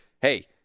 hey